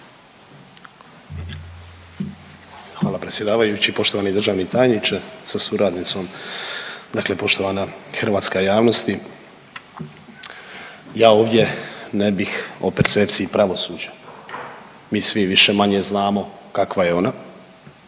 Hvala predsjedavajući, poštovani državni tajniče sa suradnicom. Dakle poštovana hrvatska javnosti ja ovdje ne bih o percepciji pravosuđu. Mi svi više-manje znamo kakva je ona,